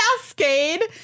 cascade